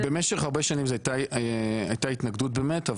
במשך הרבה זנים הייתה התנגדות באמת.